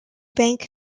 bank